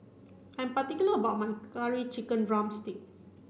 I'm particular about my curry chicken drumstick